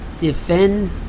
defend